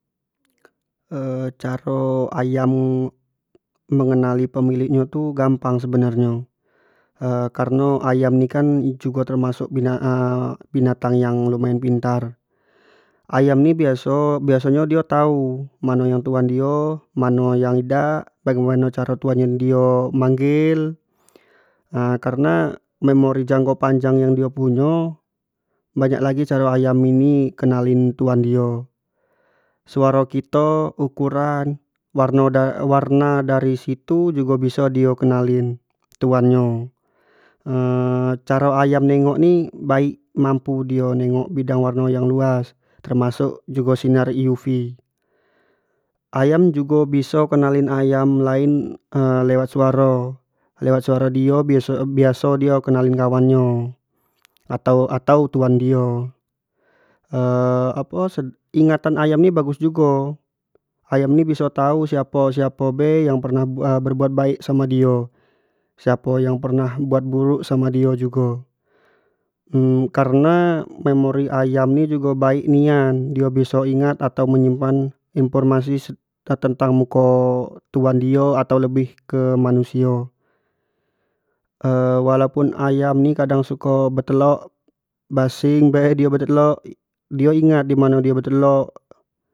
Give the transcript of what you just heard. caro ayam mengenali pemilik nyo tu gampang sebenar nyo, kareno ayam ne kan jugo termasuk binatang yang lumayan pintar, ayam ni biaso biaso nyo tu du dio tau mano yang tuan dio mano yang idak, bagaiamanocaro tuan dio manggil karena memori jangko panjang yang dio punyo, banyak lagi caro ayam ini kenalin tuan dio, suaro kito, ukuran, warno, nah dari situ biso jugo di kenal in tuan nyo. caro ayam nengok ni baik mampu dio nengok bidang warno yang luas termasuk jugo sinar uv, ayam jugo biso kenalin ayam lain lewat suaro, lewat suaro dio bia- biaso dio kenalin kawan nyo, atau atau tuan dio apo ingatan ayam ni tu bagus jugo ayam ni biso tau siapo siapo be yang pernah berbuat baik sano dio siapo yang pernah berbuat buruk samo dio jugo karena memori ayam ni jugo baik nian, dio biso ingat atau menyimpan informasi tentang tentang muko tuan dio atau lebih manusio walaupun ayam ni kadang suko betelok, basing bae dio betellok dio ingat dimano dio betelok.